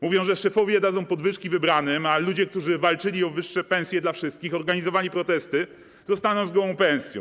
Mówią, że szefowie dadzą podwyżki wybranym, a ludzie, którzy walczyli o wyższe pensje dla wszystkich, organizowali protesty, zostaną z gołą pensją.